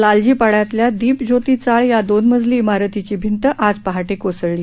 लालजी पाइयातल्या दीपज्योती चाळ या दोन मजली इमारतीची भिंत आज पहाटे कोसळली